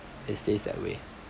it stays that way